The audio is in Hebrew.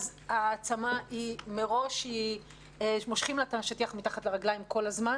אז מראש מושכים להעצמה את השטיח מתחת לרגליים כל הזמן.